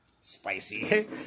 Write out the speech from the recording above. Spicy